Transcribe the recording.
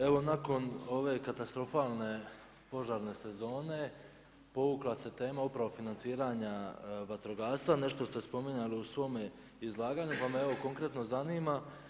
Evo nakon ove katastrofalne požarne sezone povukla se tema upravo oko financiranja vatrogastva nešto ste spominjali u svom izlaganju, pa me evo konkretno zanima.